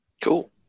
Cool